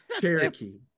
Cherokee